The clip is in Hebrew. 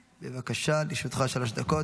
בבקשה, לרשותך שלוש דקות.